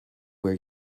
where